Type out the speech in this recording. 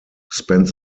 spent